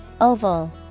Oval